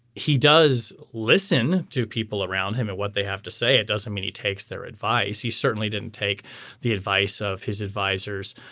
he does listen to people around him and what they have to say it doesn't mean he takes their advice. he certainly didn't take the advice of his advisers.